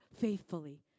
faithfully